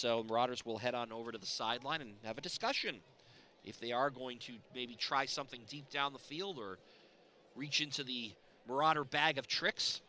will head on over to the sideline and have a discussion if they are going to maybe try something deep down the field or reach into the broader bag of tri